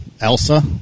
Elsa